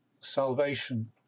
salvation